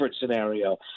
scenario